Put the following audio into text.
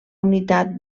unitat